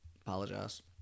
Apologize